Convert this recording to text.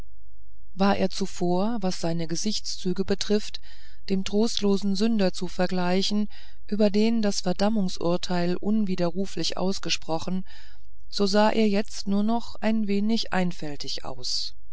war er zuvor was seine gesichtszüge betrifft dem trostlosen sünder zu vergleichen über den das verdammungsurteil unwiderruflich ausgesprochen so sah er jetzt nur noch ein wenig einfältig aus